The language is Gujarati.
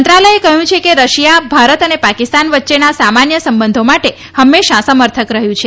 મંત્રાલયે કહયું છે કે રશિયા ભારત અને પાકિસ્તાન વચ્ચેના સામાન્ય સંબંધો માટે હંમેશા સમર્થક રહયું છે